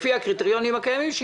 לפי הקריטריונים הקיימים,